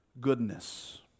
goodness